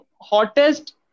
hottest